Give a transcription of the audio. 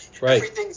Right